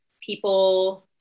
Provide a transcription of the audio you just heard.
people